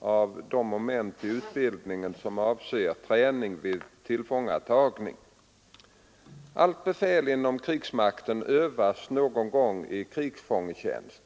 av de moment i utbildningen som avser träning vid tillfångatagning. Allt befäl inom krigsmakten övas någon gång i krigsfångtjänst.